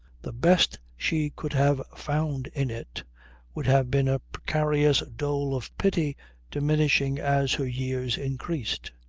the best she could have found in it would have been a precarious dole of pity diminishing as her years increased.